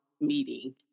meeting